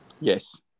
Yes